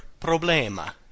problema